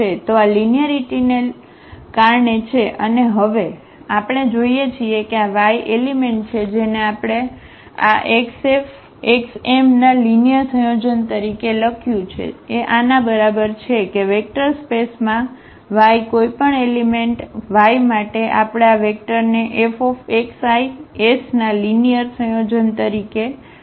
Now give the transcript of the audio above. તો આ લીનિયરીટીને કારણે છે અને હવે આપણે જોઈએ છીએ કે આ y એલિમેન્ટ જેને આપણે આ x F x m ના લિનિયર સંયોજન તરીકે લખ્યું છે એ આના બરાબર છે કે વેક્ટર સ્પેસમાં y કોઈપણ એલિમેંટ y માટે આપણે આ વેક્ટર ને F's ના લિનિયર સંયોજન તરીકે લખી શકીએ છીએ